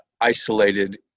isolated